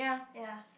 ya